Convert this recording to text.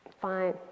fine